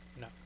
No